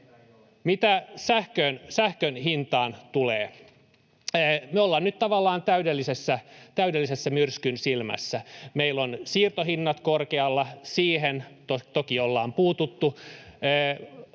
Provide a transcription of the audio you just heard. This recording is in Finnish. Mitä sähkön hintaan tulee, me ollaan nyt tavallaan täydellisessä myrskyn silmässä. Meillä ovat siirtohinnat korkealla. Siihen toki ollaan puututtu.